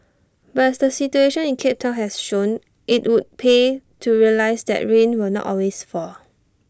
but as the situation in cape Town has shown IT would pay to realise that rain will not always fall